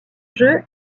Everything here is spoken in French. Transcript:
jeu